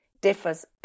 differs